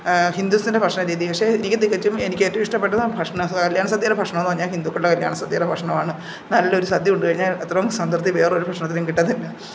ഹിന്ദൂസിൻ്റെ ഭക്ഷണ രീതി പക്ഷേ എനിക്ക് തികച്ചും എനിക്ക് ഏറ്റവും ഇഷ്ടപ്പെട്ടത് ഭക്ഷണ സാ കല്ല്യാണ സദ്യയുടെ ഭക്ഷണമെന്നു പറഞ്ഞാൽ ഹിന്ദുക്കളുടെ കല്ല്യാണ സദ്യയുടെ ഭക്ഷണമാണ് നല്ലൊരു സദ്യ ഉണ്ട് കഴിഞ്ഞാൽ അത്രയും സംതൃപ്തി വേറൊരു ഭക്ഷണത്തിനും കിട്ടത്തില്ല